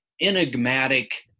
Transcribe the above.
enigmatic